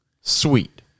sweet